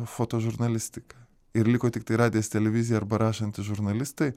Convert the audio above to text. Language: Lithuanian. fotožurnalistiką ir liko tiktai radijas televizija arba rašantys žurnalistai